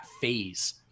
phase